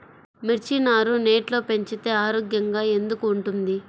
మిర్చి నారు నెట్లో పెంచితే ఆరోగ్యంగా ఎందుకు ఉంటుంది?